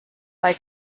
bei